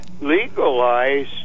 legalize